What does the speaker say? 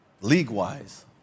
league-wise